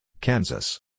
Kansas